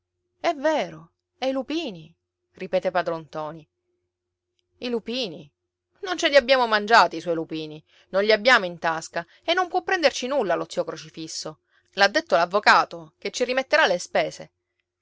è vero e i lupini ripeté padron ntoni i lupini non ce li abbiamo mangiati i suoi lupini non li abbiamo in tasca e non può prenderci nulla lo zio crocifisso l'ha detto l'avvocato che ci rimetterà le spese